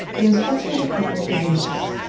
the instruction of the people diminishes.